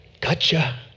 Gotcha